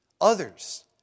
others